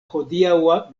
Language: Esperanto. hodiaŭa